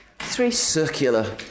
circular